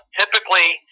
typically